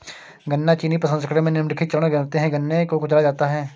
गन्ना चीनी प्रसंस्करण में निम्नलिखित चरण होते है गन्ने को कुचला जाता है